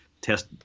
test